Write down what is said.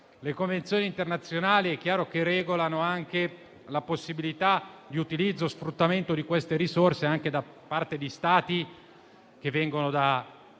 le convenzioni internazionali regolano anche la possibilità di utilizzo e sfruttamento di queste risorse anche da parte di Stati lontani